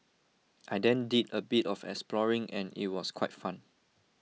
I then did a bit of exploring and it was quite fun